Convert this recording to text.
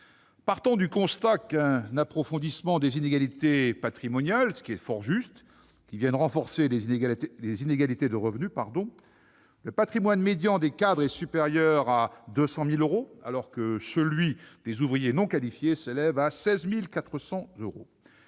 fort juste, d'un approfondissement des inégalités patrimoniales, qui viennent renforcer les inégalités de revenus- le patrimoine médian des cadres est supérieur à 200 000 euros, alors que celui des ouvriers non qualifiés s'élève à 16 400 euros